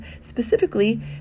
specifically